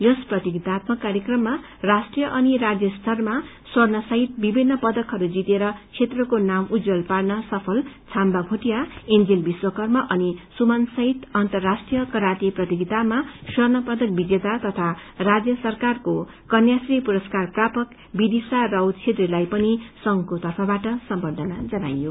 यस प्रतियोगितात्मक कार्यक्रममा राष्ट्रीय अनि राज्य स्तरमा स्वर्णसहित विभिन्न पदकहरू जितेर क्षेत्रको नाँउ उज्जवल पार्न सफल छाम्बा भोटिया एन्जेल विश्वकर्म अनि सुमन सहित अन्तर्राष्ट्रीय कराते प्रतियोगितामा स्वर्ण पदक विजेता तथा राज्य सरकारको कन्याश्री पुरस्कार प्रापक विदिशा राउत छेत्रीलाई पनि संघको तर्फबाट सम्बर्खना जनाइयो